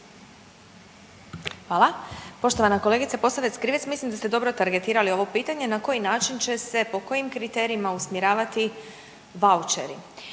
Hvala. Poštovana kolegice Posavec Krivec mislim da ste dobro targetirali ovo pitanje na koji način će se, po kojim kriterijima usmjeravati vaučeri.